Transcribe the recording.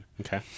okay